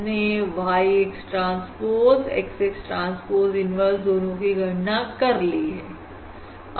हमने Y X transpose X X transpose inverse दोनों की गणना कर ली है